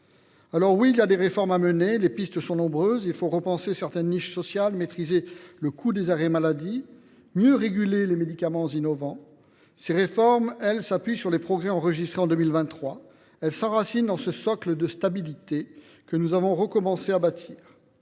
Alors, oui, il y a des réformes à mener. Les pistes sont nombreuses : il faut repenser certaines niches sociales, maîtriser le coût des arrêts maladie, mieux réguler les médicaments innovants. Ces réformes, elles s’appuient sur les progrès enregistrés en 2023. Elles s’enracinent dans ce socle de stabilité que nous avons recommencé à bâtir.